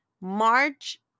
March